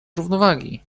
równowagi